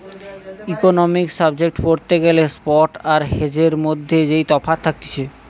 economics subject পড়তে গ্যালে spot আর হেজের মধ্যে যেই তফাৎ থাকতিছে